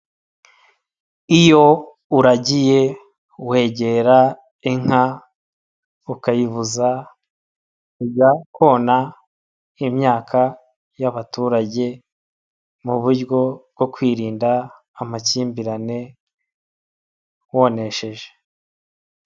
Iyo uragiye wegera inka ukayibuza kujya kona imyaka y'abaturage mu buryo bwo kwirinda amakimbirane wonesheje.